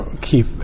keep